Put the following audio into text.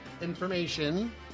information